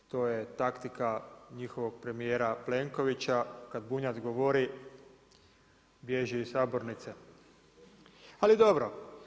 To je taktika njihovog premijera Plenkovića kad Bunjac govori bježi iz sabornice, ali dobro.